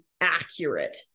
accurate